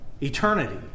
Eternity